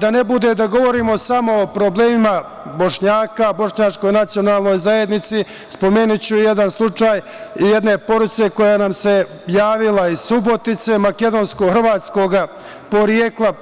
Da ne bude da govorimo samo o problemima Bošnjaka, bošnjačkoj nacionalnoj zajednici, spomenuću i jedan slučaj jedne porodice koja nam se javila iz Subotice, makedonsko-hrvatskog porekla,